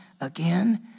again